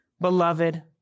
Beloved